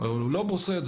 או לא בורסאיות.